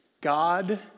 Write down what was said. God